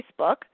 Facebook